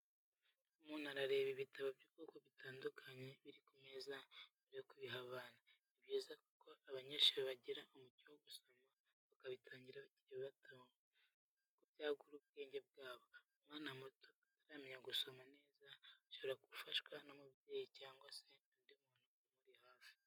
Umuntu arareba ibitabo by'ubwoko butandukanye, biri ku meza mbere yo kubiha abana, ni byiza ko abanyeshuri bagira umuco wo gusoma, bakabitangira bakiri bato kuko byagura ubwenge bwabo. Umwana muto utaramenya gusoma neza ashobora gufashwa n'umubyeyi cyangwa se undi muntu umuri hafi.